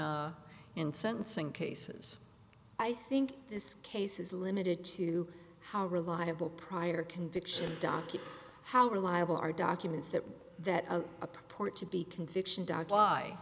in sentencing cases i think this case is limited to how reliable prior conviction docky how reliable are documents that that a port to be conviction doc lie